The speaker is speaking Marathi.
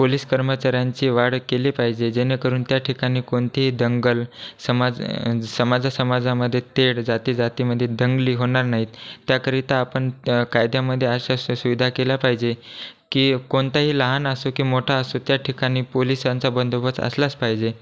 पोलिस कर्मचाऱ्यांची वाढ केली पाहिजे जेणेकरून त्या ठिकाणी कोणतीही दंगल समाज समाजा समाजामध्ये तेढ जाती जातीमध्ये दंगली होणार नाहीत त्याकरिता आपण कायद्यामध्ये अशा अशा सुविधा केल्या पाहिजे की कोणत्याही लहान असो की मोठा असो त्या ठिकाणी पोलिसांचा बंदोबस्त असलाच पाहिजे